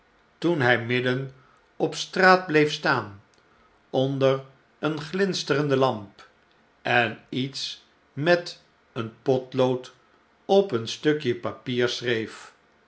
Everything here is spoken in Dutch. toen hjj midden op straat bleef staan onder eene glinsterende lamp en iets met een potlood op een stukje papier schreef